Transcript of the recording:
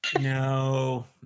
No